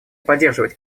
поддерживать